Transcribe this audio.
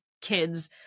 kids